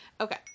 Okay